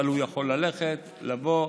אבל הוא יכול ללכת ולבוא.